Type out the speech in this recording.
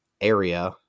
area